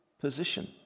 position